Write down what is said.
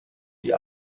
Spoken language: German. die